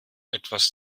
etwas